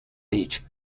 річ